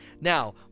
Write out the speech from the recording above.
Now